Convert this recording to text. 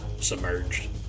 submerged